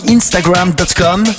Instagram.com